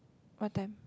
what time